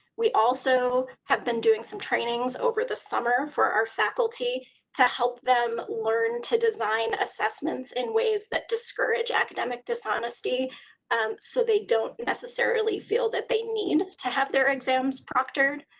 we also have been doing trainings over the summer for our faculty to help them learn to design assessments in ways that discourage academic dishonesty so they don't necessarily feel that they need to have their exams proctored